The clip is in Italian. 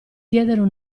diedero